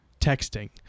texting